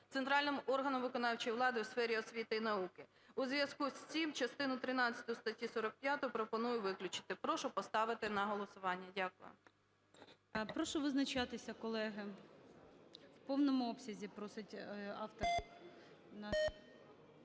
центральним органом виконавчої влади у сфері освіти і науки. У зв'язку з цим частину 13 статті 45 пропоную виключити. Прошу поставити на голосування. Дякую. ГОЛОВУЮЧИЙ. Прошу визначатися, колеги. В повному обсязі просить автор